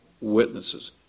witnesses